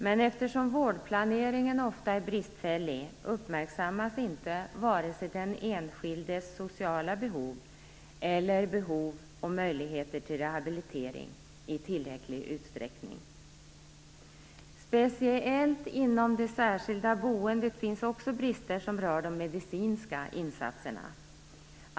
Men eftersom vårdplaneringen ofta är bristfällig uppmärksammas inte vare sig den enskildes sociala behov eller behov och möjligheter till rehabilitering i tillräcklig utsträckning. Speciellt inom det särskilda boendet finns också brister som rör de medicinska insatserna.